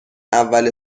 اول